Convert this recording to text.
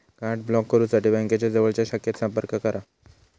card block करुसाठी बँकेच्या जवळच्या शाखेत संपर्क करा